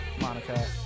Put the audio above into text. Monica